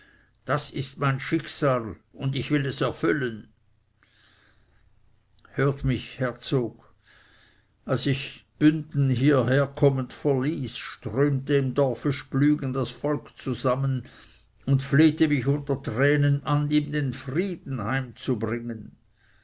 das ist mein schicksal und ich will es erfüllen hört mich herzog als ich bünden hieherkommend verließ strömte im dorfe splügen das volk zusammen und flehte mich unter tränen an ihm den frieden heimzubringen